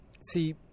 See